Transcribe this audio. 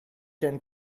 ten